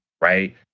right